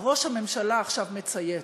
אה, ראש הממשלה עכשיו מצייץ.